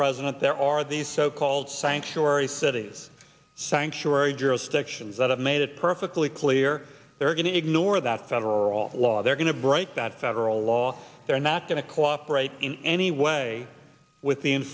president there are these so called sanctuary cities sanctuary jurisdictions that have made it perfectly clear they're going to ignore that federal law they're going to break that federal law they're not going to cooperate in any way with